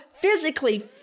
physically